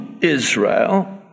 Israel